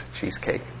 cheesecake